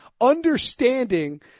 understanding